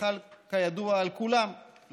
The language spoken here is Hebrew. שחל כידוע על כולם,